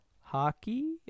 Hockey